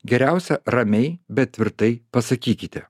geriausia ramiai bet tvirtai pasakykite